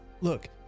look